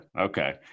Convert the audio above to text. Okay